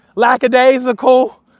lackadaisical